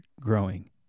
growing